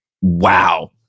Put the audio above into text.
wow